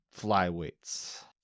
flyweights